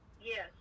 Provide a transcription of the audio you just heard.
Yes